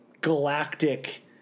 galactic